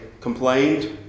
complained